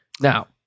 Now